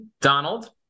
Donald